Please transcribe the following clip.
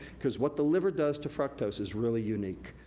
cause what the liver does to fructose is really unique,